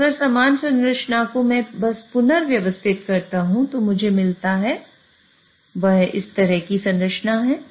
तो अगर समान संरचना को मैं बस पुनर्व्यवस्थित करता हूं जो मुझे मिलता है वह इस तरह की संरचना है